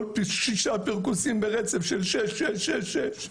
הוא פרכס שישה פרכוסים ברצף, שש, שש, שש.